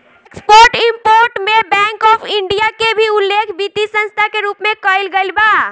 export import में bank of India के भी उल्लेख वित्तीय संस्था के रूप में कईल गईल बा